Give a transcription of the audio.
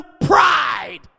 pride